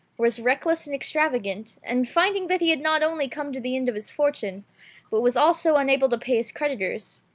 was reckless and extravagant, and finding that he had not only come to the end of his fortune, but was also unable to pay his cred itors,